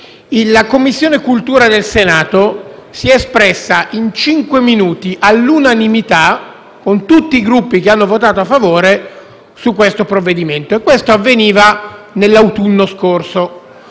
La Commissione cultura del Senato si è espressa in cinque minuti, all'unanimità, e tutti i Gruppi hanno votato a favore del provvedimento: questo avveniva nell'autunno scorso.